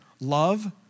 love